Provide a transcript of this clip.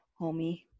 homie